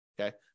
okay